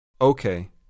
Okay